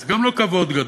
זה גם לא כבוד גדול,